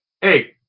Hey